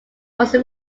also